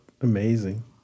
amazing